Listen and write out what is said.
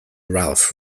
ralph